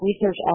Research